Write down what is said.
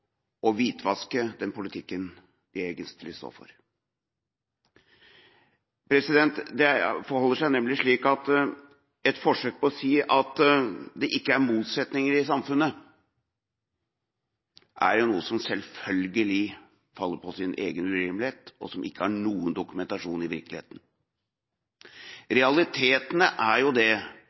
å hvitvaske den politikken de egentlig står for. Det forholder seg nemlig slik at et forsøk på å si at det ikke er motsetninger i samfunnet, er noe som selvfølgelig faller på sin egen urimelighet, og som ikke har noen dokumentasjon i virkeligheten. Realiteten er at det